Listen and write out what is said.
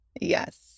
Yes